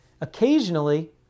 Occasionally